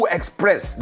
Express